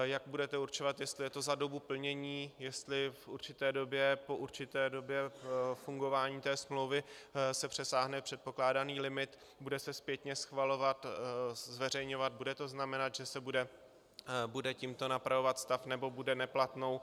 Jak budete určovat, jestli je to za dobu plnění, jestli po určité době fungování smlouvy se přesáhne předpokládaný limit, bude se zpětně schvalovat, zveřejňovat, bude to znamenat, že se bude tímto napravovat stav nebo bude neplatnou?